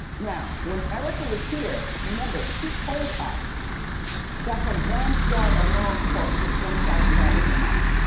now, when erica was here, remember, she told us that her glamsquad alone cost her forty thousand dollars a month.